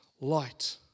Light